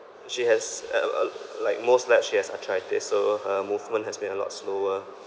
she has li~ l~ like most like she has arthritis so her movement has been a lot slower